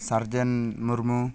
surgeon Murmu